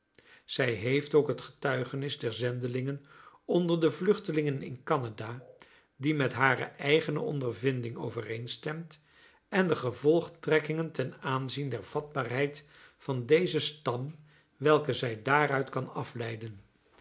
zij heeft ook het getuigenis der zendelingen onder de vluchtelingen in canada die met hare eigene ondervinding overeenstemt en de gevolgtrekkingen ten aanzien der vatbaarheid van dezen stam welke zij daaruit kan afleiden